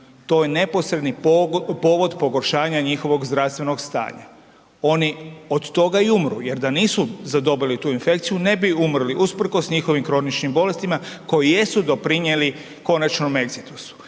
to je neposredni povod pogoršanja njihovog zdravstvenog stanja. Oni od toga i umru jer da nisu zadobili tu infekciju ne bi umrli usprkos njihovim kroničnim bolestima koji jesu doprinjeli konačnom egzidusu